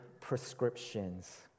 prescriptions